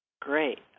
Great